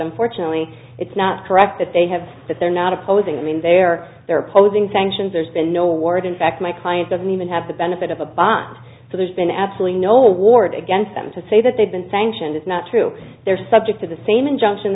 unfortunately it's not correct that they have that they're not opposing i mean they're they're opposing sanctions there's been no word in fact my client doesn't even have the benefit of a bond so there's been absolutely no warrant against them to say that they've been sanctioned it's not true they're subject to the same injunction